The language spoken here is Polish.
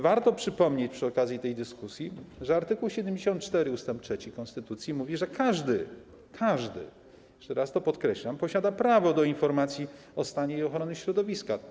Warto przypomnieć przy okazji tej dyskusji, że art. 74 ust. 3 konstytucji mówi, że każdy - jeszcze raz to podkreślam: każdy - posiada prawo do informacji o stanie ochrony środowiska.